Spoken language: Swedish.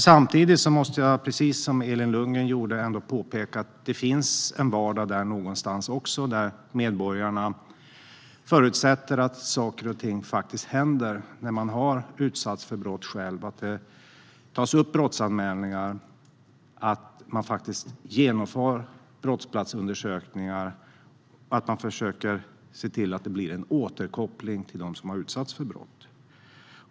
Samtidigt måste jag precis som Elin Lundgren påpeka att det någonstans också finns en vardag, där medborgarna förutsätter att saker och ting faktiskt händer när de har utsatts för brott - att man tar upp brottsanmälningar, att man faktiskt genomför brottsplatsundersökningar och att man försöker ge återkoppling till dem som har utsatts.